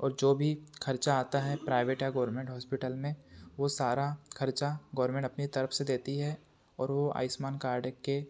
और जो भी खर्चा आता है प्राइवेट या गोवर्मेंट हॉस्पिटल में वो सारा खर्चा गोवर्मेंट अपनी तरफ से देती है और वो आयुष्मान कार्ड के